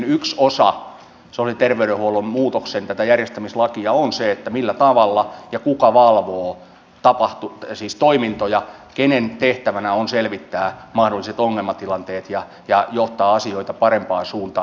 yksi osa tätä sosiaali ja terveydenhuollon muutoksen järjestämislakia on se millä tavalla ja kuka valvoo toimintoja kenen tehtävänä on selvittää mahdolliset ongelmatilanteet ja johtaa asioita parempaan suuntaan